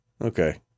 Okay